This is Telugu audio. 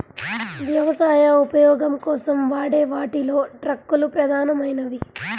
వ్యవసాయ ఉపయోగం కోసం వాడే వాటిలో ట్రక్కులు ప్రధానమైనవి